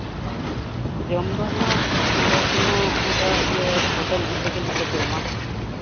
ᱡᱚᱢ ᱫᱚ ᱦᱟᱸᱜ ᱚᱸᱰᱮ ᱜᱮ ᱦᱟᱸᱜ ᱚᱱᱠᱟ ᱤᱭᱟᱹ ᱦᱳᱴᱮᱞ ᱨᱮᱜᱮ ᱦᱟᱸᱜ ᱞᱮ ᱡᱚᱢᱼᱟ